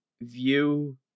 view